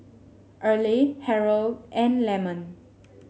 Earle Harrold and Lemon